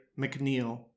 McNeil